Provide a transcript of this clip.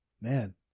Man